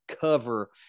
cover